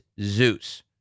Zeus